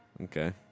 Okay